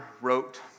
wrote